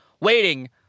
waiting